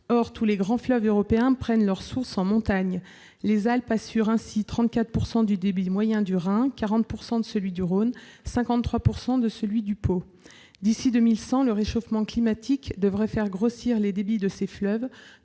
Or « tous les grands fleuves européens prennent leur source en montage ». Les Alpes assurent ainsi 34 % du débit moyen du Rhin, 40 % de celui du Rhône et 53 % de celui du Pô. D'ici à 2100, le réchauffement climatique devrait faire grossir les débits de ces fleuves